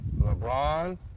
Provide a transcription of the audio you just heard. LeBron